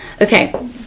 Okay